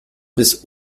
bis